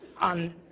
On